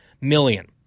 million